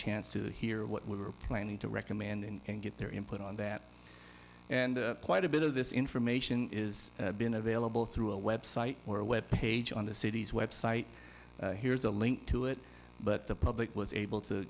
chance to hear what we were planning to recommend and get their input on that and quite a bit of this information is been available through a website or a web page on the city's website here's a link to it but the public was able to